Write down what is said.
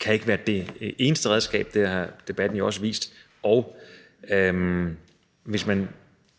kan ikke være det eneste redskab – det har debatten jo også vist – og hvis man